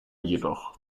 jedoch